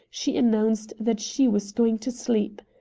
she announced that she was going to sleep.